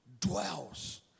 dwells